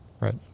Right